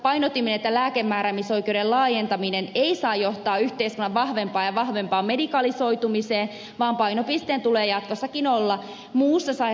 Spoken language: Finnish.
painotimme että lääkemääräämisoikeuden laajentaminen ei saa johtaa yhteiskunnan vahvempaan ja vahvempaan medikalisoitumiseen vaan painopisteen tulee jatkossakin olla muussa sairaanhoitajien työssä